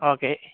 okay